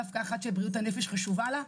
דווקא אחת שבריאות הנפש חשובה לה.